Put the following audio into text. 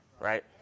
right